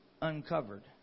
uncovered